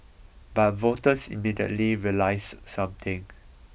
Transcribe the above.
but voters immediately realised something